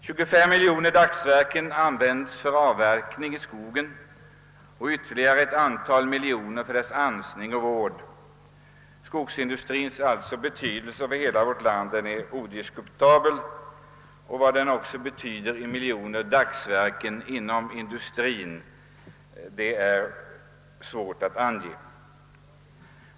25 miljoner dagsverken används för avverkning i skogen och ytterligare ett antal miljoner för dess ansning och vård. Skogsindustriens betydelse för hela vårt land är odiskutabel; det är svårt att ange hur många miljoner dagsverken den medför inom industrien.